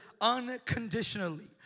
unconditionally